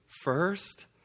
first